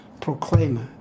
proclaimer